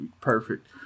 Perfect